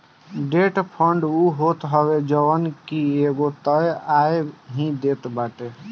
debt fund उ होत हवे जवन की एगो तय आय ही देत बाटे